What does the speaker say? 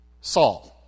Saul